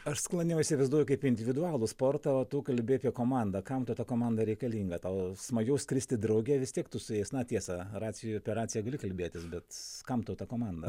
aš sklandymą įsivaizduoju kaip individualų sportą o tu kalbi apie komandą kam tau ta komanda reikalinga tau smagiau skristi drauge vis tiek tu su jais na tiesa racijo per raciją gali kalbėtis bet kam tau ta komanda